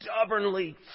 stubbornly